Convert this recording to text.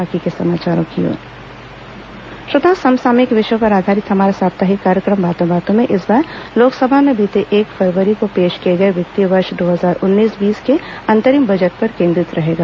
बातों बातों में समसामयिक विषयों पर आधारित हमारा साप्ताहिक कार्यक्रम बातों बातों में इस बार लोकसभा में बीते एक फरवरी को पेश किए गए वित्तीय वर्ष दो हजार उन्नीस बीस के अंतरिम बजट पर केंद्रित रहेगा